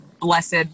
blessed